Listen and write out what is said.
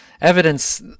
evidence